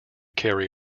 carry